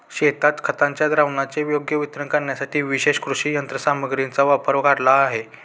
शेतांना खताच्या द्रावणाचे योग्य वितरण करण्यासाठी विशेष कृषी यंत्रसामग्रीचा वापर वाढला आहे